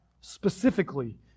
specifically